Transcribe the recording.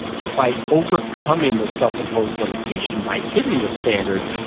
but by overcoming their self-imposed limitation by hitting the standard,